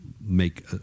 make